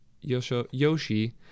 Yoshi